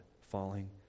falling